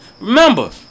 remember